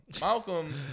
Malcolm